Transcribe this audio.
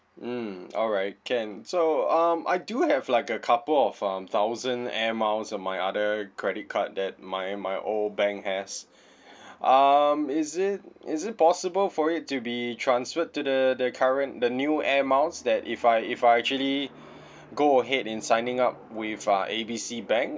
mm alright can so um I do have like a couple of um thousand air miles on my other credit card that my my old bank has um is it is it possible for it to be transferred to the the current the new air miles that if I if I actually go ahead in signing up with uh A B C bank